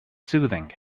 soothing